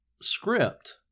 script